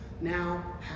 now